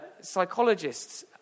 psychologists